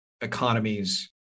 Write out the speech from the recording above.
economies